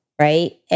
right